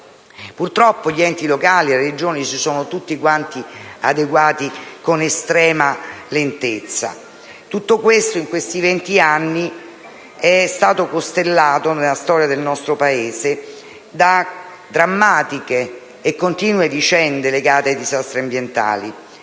Purtroppo, gli enti locali e le Regioni si sono tutti adeguati con estrema lentezza. Tutto questo in questi venti anni è stato costellato, nella storia del nostro Paese, da drammatiche e continue vicende legate ai disastri ambientali,